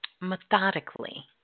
methodically